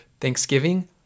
Thanksgiving